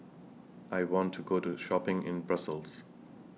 I want to Go to Shopping in Brussels